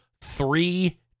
three